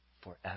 forever